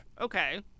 okay